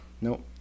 nope